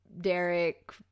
Derek